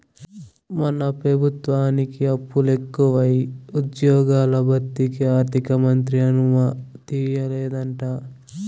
మన పెబుత్వానికి అప్పులెకువై ఉజ్జ్యోగాల భర్తీకి ఆర్థికమంత్రి అనుమతియ్యలేదంట